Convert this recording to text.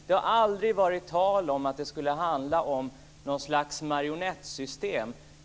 Det har aldrig varit tal om något slags marionettsystem.